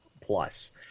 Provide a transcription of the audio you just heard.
plus